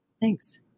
Thanks